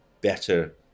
better